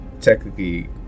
Technically